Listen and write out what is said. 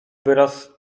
wyraz